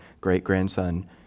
great-grandson